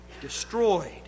destroyed